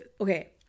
Okay